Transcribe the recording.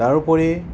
তাৰোপৰি